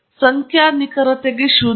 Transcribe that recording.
ಸಂಖ್ಯಾ ನಿಖರತೆಗೆ ಶೂನ್ಯವಿದೆ